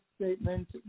statement